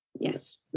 Yes